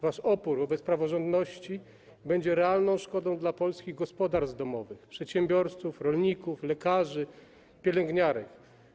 Wasz opór wobec praworządności będzie realną szkodą dla polskich gospodarstw domowych, przedsiębiorców, rolników, lekarzy, pielęgniarek.